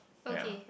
okay